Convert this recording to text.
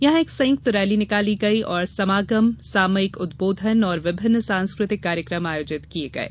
यहां एक संयुक्त रैली निकाली गई और समागम सामयिक उदबोधन और विभिन्न सांस्कृतिक कार्यकम आयोजित किये जा रहे हैं